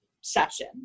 session